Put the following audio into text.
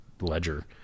ledger